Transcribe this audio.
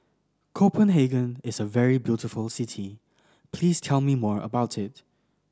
Copenhagen is a very beautiful city please tell me more about it